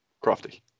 Crafty